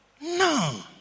no